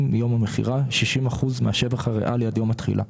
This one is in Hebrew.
מיום המכירה 60 אחוזים מהשבח הריאלי עד יום התחילה.